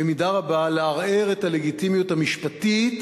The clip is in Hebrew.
במידה רבה לערער את הלגיטימיות המשפטית